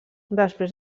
després